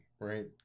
right